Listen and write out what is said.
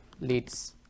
leads